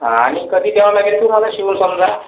हा आनि कधी तेव्हा लागेल तुम्हाला शिवून समजा